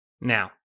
Now